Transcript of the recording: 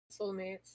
soulmates